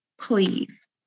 please